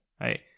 right